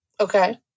Okay